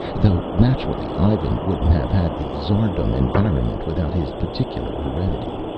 though naturally ivan wouldn't have had the tsardom environment without his particular heredity.